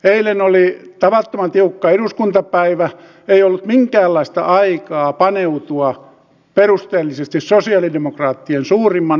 eilen oli tavattoman tiukka eduskuntapäivä ei ollut minkäänlaista aikaa paneutua perusteellisesti sosialidemokraattien suurimman oppositiopuolueen vaihtoehtoon